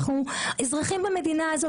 אנחנו אזרחים במדינה הזאת,